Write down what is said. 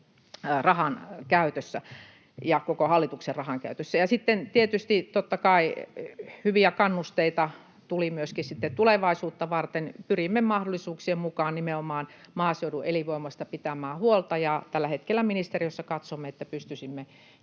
rahankäytössä ja koko hallituksen rahankäytössä. Sitten tietysti, totta kai, hyviä kannusteita tuli myöskin tulevaisuutta varten. Pyrimme mahdollisuuksien mukaan nimenomaan maaseudun elinvoimasta pitämään huolta, ja tällä hetkellä ministeriössä katsomme, että pystyisimme